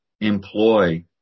employ